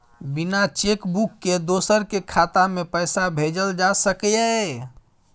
बिना cheque book के दोसर के खाता में पैसा भेजल जा सकै ये?